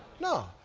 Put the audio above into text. no.